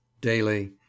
daily